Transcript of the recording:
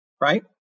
right